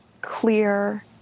clear